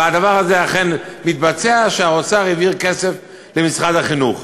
והדבר הזה אכן מתבצע: האוצר העביר כסף למשרד החינוך.